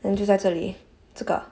then 就在这里这个